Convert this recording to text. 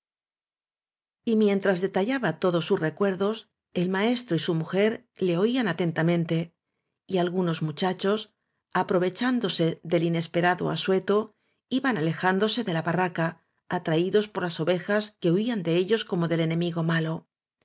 mientras detallaba todos sus recuerdos el maestro y su mujer le oían atentamente y algunos muchachos aprovechándose del ines perado asueto iban alejándose de la barraca atraídos por las ove jas que huían de ellos como del enemigo malo